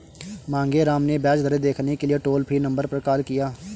मांगेराम ने ब्याज दरें देखने के लिए टोल फ्री नंबर पर कॉल किया